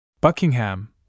Buckingham